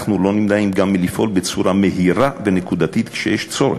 אנחנו לא נמנעים גם מלפעול בצורה מהירה ונקודתית כשיש צורך.